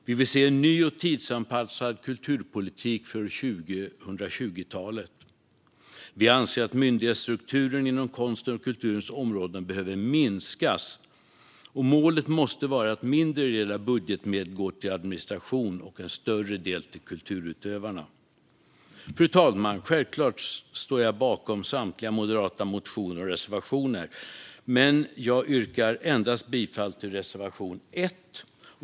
Vi vill se en ny och tidsanpassad kulturpolitik för 2020-talet. Vi anser att myndighetsstrukturen inom konstens och kulturens områden behöver minskas. Målet måste vara att en mindre del av budgetmedlen går till administration och en större del till kulturutövarna. Fru talman! Jag står självklart bakom samtliga moderata motioner och reservationer, men jag yrkar bifall endast till reservation 1.